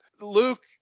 Luke